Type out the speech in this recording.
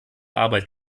arbeit